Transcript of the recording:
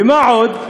ומה עוד?